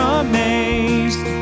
amazed